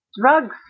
drugs